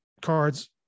cards